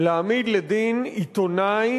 להעמיד לדין עיתונאי